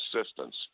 assistance